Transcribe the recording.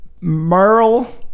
merle